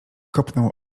kopnął